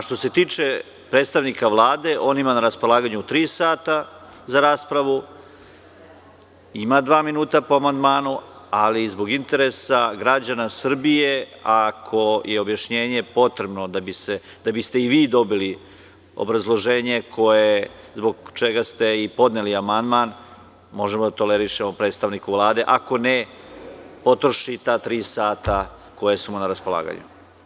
Što se tiče predstavnika Vlade, on ima na raspolaganju tri sata za raspravu, ima dva minuta po amandmanu, ali zbog interesa građana Srbije, ako je objašnjenje potrebno da bi ste i vi dobili obrazloženje zbog čega ste i podneli amandman, možemo da tolerišemo predstavniku Vlade, ako ne potroši ta tri sata koja su mu na raspolaganju.